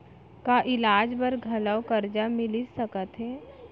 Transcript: का इलाज बर घलव करजा मिलिस सकत हे?